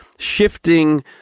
shifting